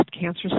Cancer